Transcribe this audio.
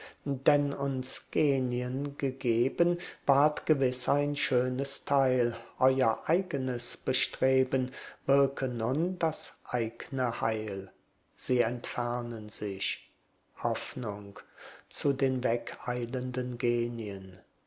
denn uns genien gegeben ward gewiß ein schönes teil euer eigenes bestreben wirke nun das eigne heil sie entfernen sich hoffnung zu den wegeilenden genien